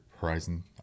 horizon